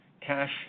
Cash